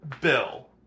Bill